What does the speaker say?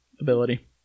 ability